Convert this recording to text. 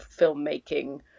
filmmaking